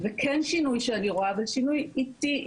וכן שינוי שאני רואה אבל שינוי איטי.